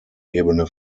ebene